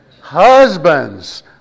husbands